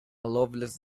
loveless